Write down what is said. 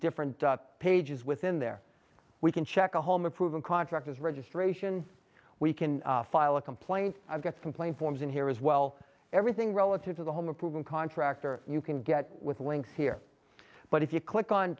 different pages within there we can check a home improvement contractor's registration we can file a complaint i've got some plain forms in here as well everything relative to the home improvement contractor you can get with links here but if you click on